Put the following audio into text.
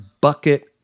bucket